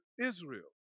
Israel